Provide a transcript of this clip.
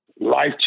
Life